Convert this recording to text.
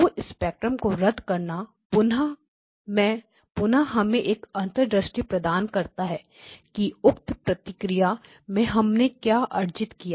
दो स्पेक्ट्रा को रद्द करना पुन्हा हमें एक अंतर्दृष्टि प्रदान करता है कि उक्त प्रक्रिया में हमने क्या अर्जित किया